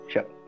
Sure